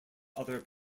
other